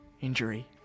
injury